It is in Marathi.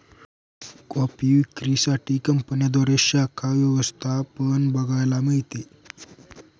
कॉफी विक्री साठी कंपन्यांद्वारे शाखा व्यवस्था पण बघायला मिळते